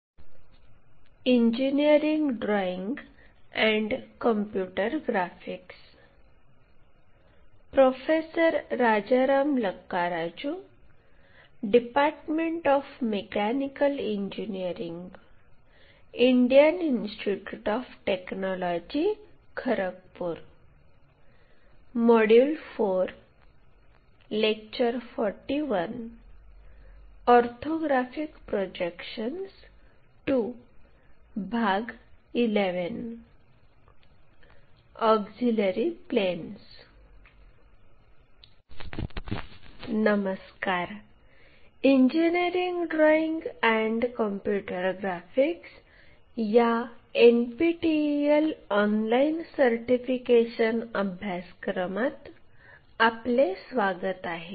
नमस्कार engineering drawing and computer graphics या NPTEL online certification अभ्यासक्रमात आपले स्वागत आहे